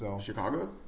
Chicago